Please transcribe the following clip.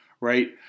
right